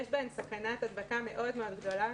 יש סכנת הדבקה גדולה מאוד.